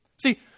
See